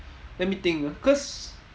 let me think ah cause